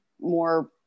more